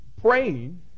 praying